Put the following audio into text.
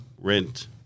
rent